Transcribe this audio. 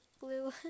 blue